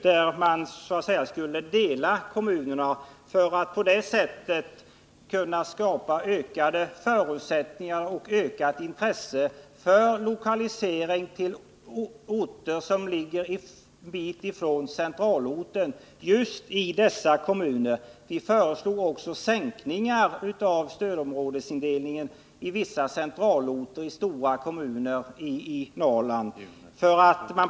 Man skulle så att säga dela kommunerna för att på det sättet skapa större förutsättningar och ökat intresse för lokalisering till orter som ligger en bit från centralorten just i dessa kommuner. Vi föreslog också en sänkning av stödområdesindelningen i vissa centralorter i stora kommuner i Norrland.